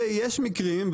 ויש מקרים,